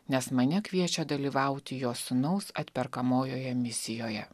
nes mane kviečia dalyvauti jo sūnaus atperkamojoje misijoje